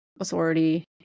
authority